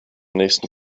nächsten